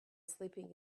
sleeping